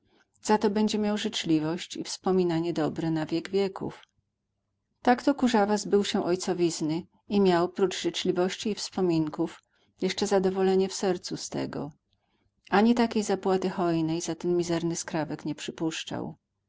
za to będzie miał życzliwość i wspominanie dobre na wiek wieków tak to kurzawa zbył się ojcowizny i miał prócz życzliwości i wspominków jeszcze zadowolenie w sercu z tego ani takiej zapłaty hojnej za ten mizerny skrawek nie przypuszczał